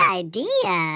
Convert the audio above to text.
idea